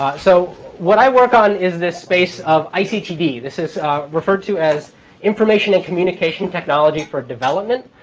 so what i work on is this space of ictd. this is referred to as information and communication technology for development.